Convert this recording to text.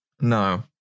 No